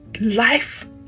Life